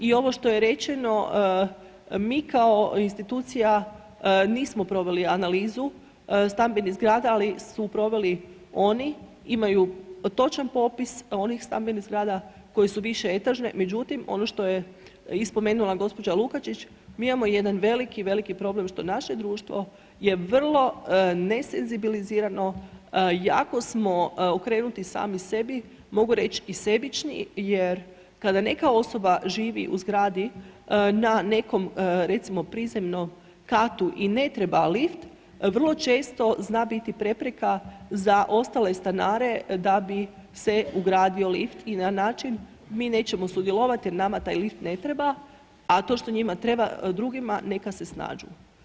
I ovo što je rečeno mi kao institucija nismo proveli analizu stambenih zgrada ali su proveli oni, imaju točan popis onih stambenih zgrada koje su više etažne, međutim ono što je i spomenula gospođa Lukačić, mi imamo jedan veliki, veliki problem što naše društvo je vrlo nesenzibilizirano, jako smo okrenuti sami sebi, mogu reći i sebični jer kad neka osoba živi u zgradi na nekom recimo prizemnom katu i ne treba lift vrlo često zna biti prepreka za ostale stanare da bi se ugradio lift i na način mi nećemo sudjelovati jer nama taj lift ne treba a to što njima treba, drugima, neka se snađu.